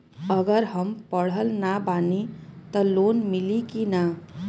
अगर हम पढ़ल ना बानी त लोन मिली कि ना?